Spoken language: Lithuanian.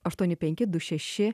aštuoni penki du šeši